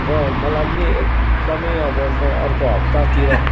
र मलाई पनि एकदमै अब म अर्को हप्तातिर